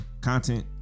content